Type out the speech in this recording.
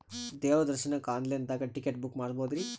ದೇವ್ರ ದರ್ಶನಕ್ಕ online ದಾಗ ಟಿಕೆಟ ಬುಕ್ಕ ಮಾಡ್ಬೊದ್ರಿ?